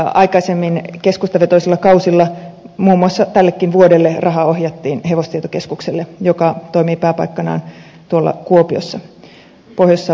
aikaisemmin keskustavetoisilla kausilla muun muassa tällekin vuodelle rahaa ohjattiin hevostietokeskukselle joka toimii pääpaikkanaan kuopio pohjois savon puolella